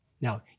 now